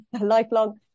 lifelong